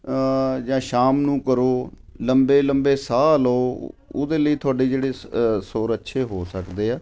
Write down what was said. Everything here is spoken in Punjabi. ਜਾਂ ਸ਼ਾਮ ਨੂੰ ਕਰੋ ਲੰਬੇ ਲੰਬੇ ਸਾਹ ਲਓ ਉਹਦੇ ਲਈ ਤੁਹਾਡੇ ਜਿਹੜੇ ਸ ਸੁਰ ਅੱਛੇ ਹੋ ਸਕਦੇ ਆ